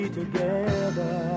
together